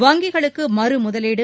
வங்கிகளுக்கு மறுமுதலீடு